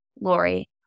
Lori